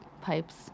pipes